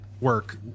work